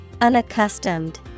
Unaccustomed